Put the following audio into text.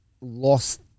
lost